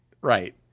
right